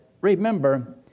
remember